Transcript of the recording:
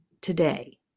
today